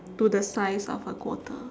to the size of a quarter